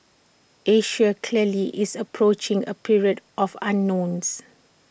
Asia clearly is approaching A period of unknowns